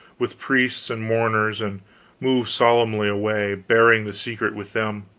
with priests and mourners, and move solemnly away, bearing the secret with them.